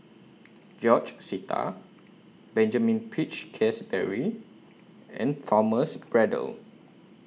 George Sita Benjamin Peach Keasberry and Thomas Braddell